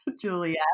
Julia